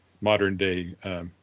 modern-day